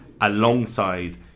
alongside